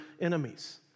enemies